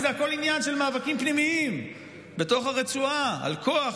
כי זה הכול עניין של מאבקים פנימיים בתוך הרצועה על כוח,